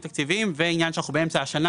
והעניין שאנחנו באמצע השנה.